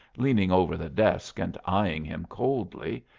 leaning over the desk and eying him coldly.